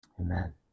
Amen